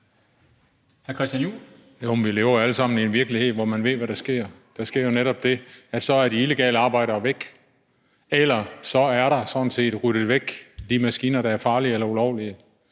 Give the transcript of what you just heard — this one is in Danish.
Vi lever alle sammen i en virkelighed, hvor vi ved, hvad der sker, for der sker jo netop det, at så er de illegale arbejdere væk, eller så er de maskiner, der er farlige eller ulovlige,